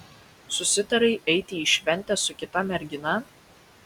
susitarei eiti į šventę su kita mergina